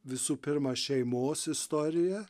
visų pirma šeimos istorija